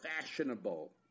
fashionable